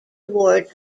awards